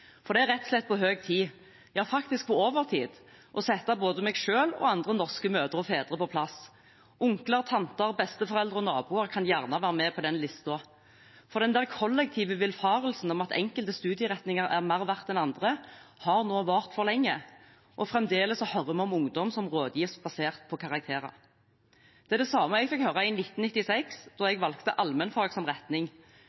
Det er rett og slett på høy tid – ja, faktisk på overtid – å sette både meg selv og andre norske mødre og fedre på plass. Onkler, tanter, besteforeldre og naboer kan også gjerne være med på den lista. For denne kollektive villfarelsen om at enkelte studieretninger er mer verd enn andre, har nå vart for lenge, og fremdeles hører vi om ungdom som gis råd basert på karakterer. Det er det samme jeg fikk høre i 1996, da jeg